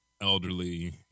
elderly